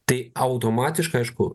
tai automatiškai aišku